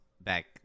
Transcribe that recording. back